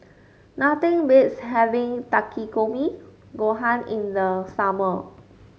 nothing beats having Takikomi Gohan in the summer